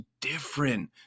different